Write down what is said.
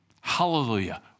Hallelujah